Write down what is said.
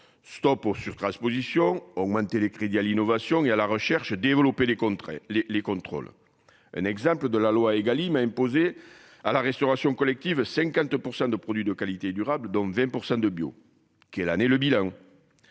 Stop surtransposition augmenter les crédits à l'innovation et à la recherche, développer les contrer les les contrôles. Un exemple de la loi Egalim a imposé à la restauration collective 50% de produits de qualité, durable, donc 20% de bio qui l'année le bilan.